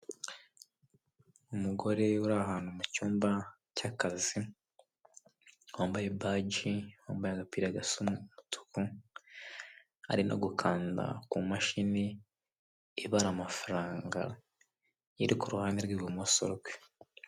Umugore uri ahantu mucyumba cy'akazi, wambaye baji wambaye agapira gasa umutuku, arino gukanda ku imashini ibara amafaranga, iri kuruhande rw'ibumoso rwe.